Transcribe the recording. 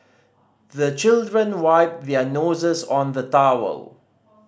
the children wipe their noses on the towel